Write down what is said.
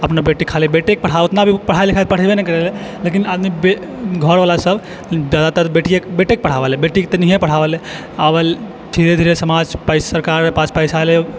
ओ अपन बेटे खाली बेटे के पढ़ाबै ओतना दिन पढाइ लिखाइ पढ़बे नहि करै रहै लेकिन आदमी घरबला सब बेटे के पढ़ाबऽ हलै बेटी के नहि पढ़ाबऽ हलै आब धीरे धीरे समाज सरकार के पैसा अयलै